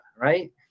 right